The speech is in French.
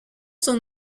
sont